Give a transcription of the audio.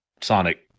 Sonic